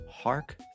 Hark